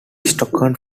stockton